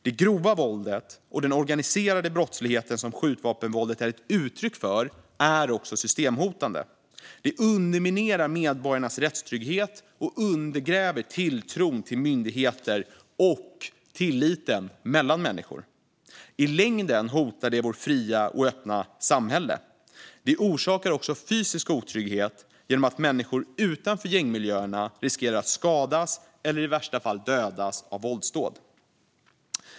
Det grova våldet och den organiserade brottslighet som skjutvapenvåldet är ett uttryck för är systemhotande. De underminerar medborgarnas rättstrygghet och undergräver tilltron till myndigheter och tilliten mellan människor. I längden hotar de vårt fria och öppna samhälle. De orsakar också fysisk otrygghet genom att människor utanför gängmiljöerna riskerar att skadas eller i värsta fall dödas i våldsdåd.